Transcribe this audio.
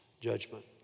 judgment